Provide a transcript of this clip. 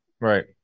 Right